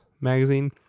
magazine